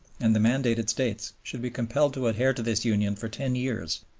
and the mandated states should be compelled to adhere to this union for ten years,